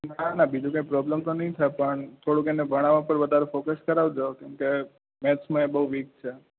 ના ના બીજું કઈ પ્રોબલમ તો નય થાય પણ થોડુંક એને ભણાવા પર ફોકસ કરાવ જો કેમકે મેથ્સમાં એ બોવ વીક છે